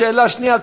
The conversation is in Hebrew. בשאלה השנייה,